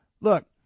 look